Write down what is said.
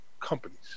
companies